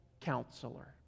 Counselor